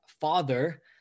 father